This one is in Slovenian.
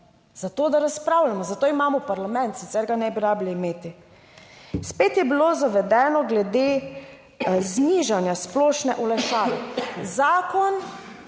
zato, da razpravljamo? Zato imamo parlament, sicer ga ne bi rabili imeti. Spet je bilo zavedeno glede znižanja splošne olajšave. Zakon